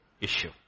issue